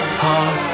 heart